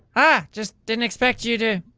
ah. just didn't expect you to.